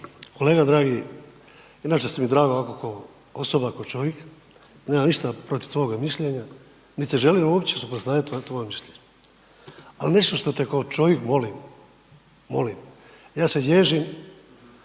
Kolega dragi, inače ste mi dragi ovako ko osoba ko čovik, nemam ništa protiv tvoga mišljenja, niti želim uopće …/Govornik se ne razumije./… ali nešto što te kao čovik moli, molim, molim, ja se ježim,